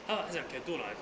how 他想 can do or not